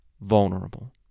vulnerable